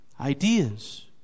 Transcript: ideas